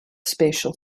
spatial